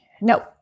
No